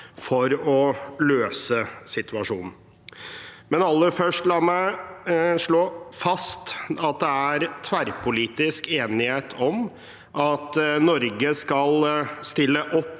for å løse situasjonen. La meg aller først slå fast at det er tverrpolitisk enighet om at Norge skal stille opp